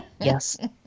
Yes